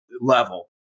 level